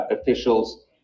officials